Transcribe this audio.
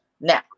Now